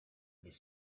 les